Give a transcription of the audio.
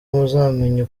muzamenya